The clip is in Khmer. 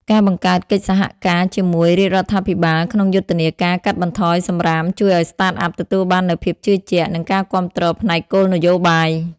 ការបង្កើតកិច្ចសហការជាមួយរាជរដ្ឋាភិបាលក្នុងយុទ្ធនាការកាត់បន្ថយសម្រាម ជួយឱ្យ Startup ទទួលបាននូវភាពជឿជាក់ និងការគាំទ្រផ្នែកគោលនយោបាយ។